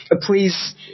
Please